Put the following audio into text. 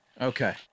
Okay